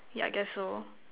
yeah I guess so